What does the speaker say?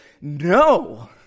no